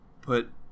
put